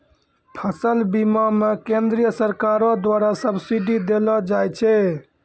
फसल बीमा मे केंद्रीय सरकारो द्वारा सब्सिडी देलो जाय छै